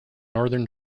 northern